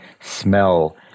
smell